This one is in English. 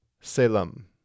Salem